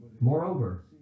Moreover